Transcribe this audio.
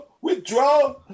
withdraw